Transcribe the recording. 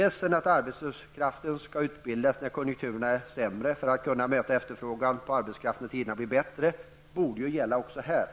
lätta. Tesen att arbetskraften skall utbildas när konjunkturerna är sämre, för att sedan kunna möta efterfrågan på arbetskraft när tiderna blir bättre, borde gälla även här.